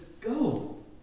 go